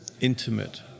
intimate